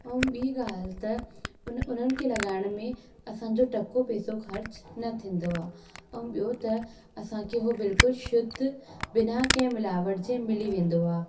ऐं ॿी ॻाल्हि त उन उन्हनि खे लॻाइण में असांजो टको पेसो ख़र्चु न थींदो आहे ऐं ॿियों त असांखे हो बिल्कुलु शुद्ध बिना कंहिं मिलावट जे मिली वेंदो आहे